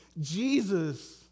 Jesus